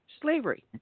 slavery